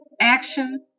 action